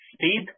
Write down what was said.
speed